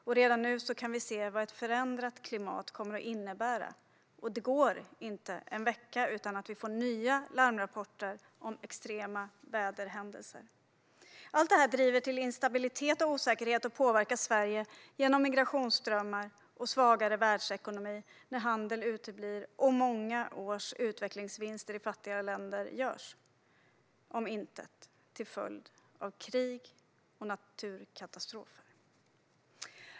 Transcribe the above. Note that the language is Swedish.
Och redan nu ser vi vad ett förändrat klimat kommer att innebära. Det går inte en vecka utan att vi får nya larmrapporter om extrema väderhändelser. Allt detta driver fram instabilitet och osäkerhet och påverkar Sverige genom migrationsströmmar och svagare världsekonomi när handel uteblir och många års utvecklingsvinster i fattiga länder går om intet till följd av krig och naturkatastrofer.